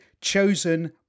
chosen